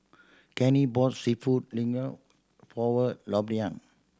Kenney bought Seafood for